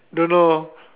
don't know